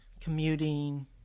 commuting